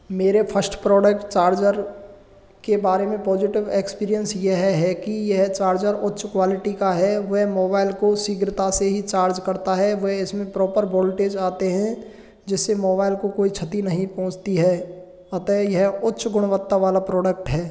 मेरे first product charger के बारे में पोसिटिव एक्सपीरियंस यह है की यह चार्ज उच्च क्वालिटी का है वे मोबाइल को शीघ्रता से ही चार्ज करता है वे इसमें प्रॉपर वोल्टेज आते हैं जिससे मोबाइल को कोई क्षति नहीं पहुँचती है अतः यह उच्च गुणवत्ता वाला प्रोडक्ट है